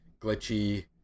glitchy